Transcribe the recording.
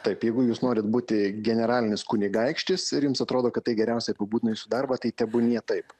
taip jeigu jūs norit būti generalinis kunigaikštis ir jums atrodo kad tai geriausiai apibūdina jūsų darbą tai tebūnie taip